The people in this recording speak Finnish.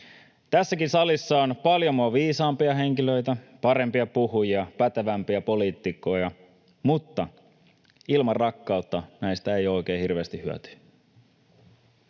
Tässäkin salissa on paljon minua viisaampia henkilöitä, parempia puhujia, pätevämpiä poliitikkoja, mutta ilman rakkautta näistä ei ole oikein hirveästi hyötyä.